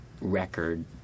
record